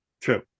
True